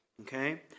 Okay